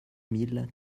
mille